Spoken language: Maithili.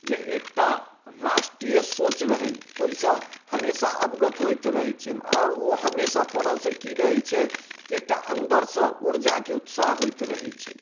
जे एकटा राष्ट्रीय सोच रहनि ओहिसँ हमेशा अवगत होइत रहै छनि आओर ओ हमेशा पढ़ऽसँ कि रहै छै कि एकटा अन्दरसँ ऊर्जाके उत्साह होइत रहै छै